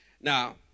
Now